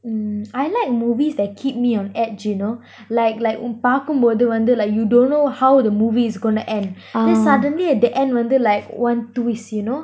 mm I like movies that keep me on edge you know like like உன் பாக்கும் போது:un paakum bothu like you don't know how the movie is gonna end then suddenly at the end வந்து:vanthu like one twist you know